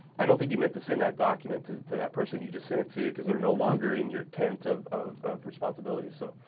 i don't think you meant to send that document to that person you just send it to, cause they're no longer in your tent of of responsibilities, so.